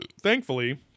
thankfully